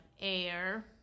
air